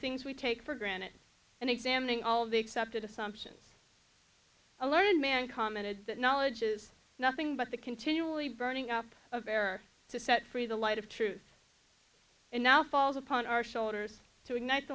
things we take for granted and examining all of the accepted assumptions a learned man commented that knowledge is nothing but the continually burning up of air to set free the light of truth and now falls upon our shoulders to ig